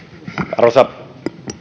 arvoisa